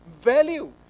value